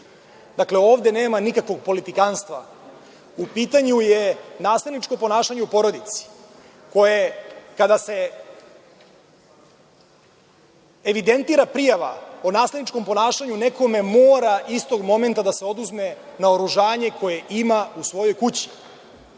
godini. Ovde nema nikakvog politikanstva. U pitanju je nasilničko ponašanje u porodici koje, kada se evidentira prijava o nasilničkom ponašanju, nekome mora istog momenta da se oduzme naoružanje koje ima u svojoj kući.S